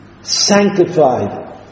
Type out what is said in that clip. sanctified